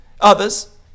others